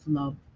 love